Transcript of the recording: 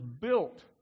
built